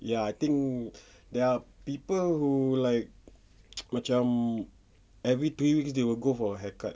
ya I think there are people who like macam every three weeks they will go for a haircut